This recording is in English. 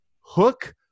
hook